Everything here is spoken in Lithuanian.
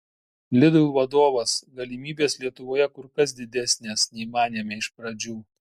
lidl vadovas galimybės lietuvoje kur kas didesnės nei manėme iš pradžių